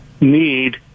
need